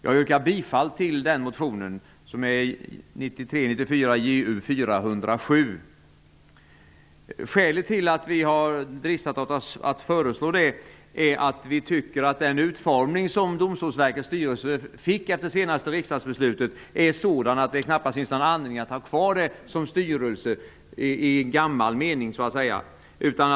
Jag yrkar bifall till motion 1993/94:Ju407. Skälet till att vi har dristat oss att föreslå detta är att vi tycker att den utformning som Domstolsverkets styrelse fick efter det senaste riksdagsbeslutet är sådan att det knappast finns någon anledning att ha kvar styrelsen i den gamla bemärkelsen.